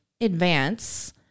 advance